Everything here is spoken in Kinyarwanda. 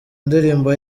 ndirimbo